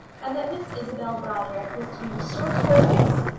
and that miss isabel brodrick was to be restored to her rights.